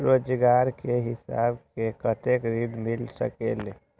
रोजगार के हिसाब से कतेक ऋण मिल सकेलि?